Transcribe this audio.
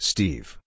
Steve